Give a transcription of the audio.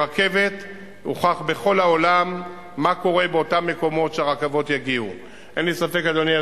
הוכח בכל העולם מה קורה באותם מקומות שהרכבות יגיעו אליהם.